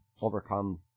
overcome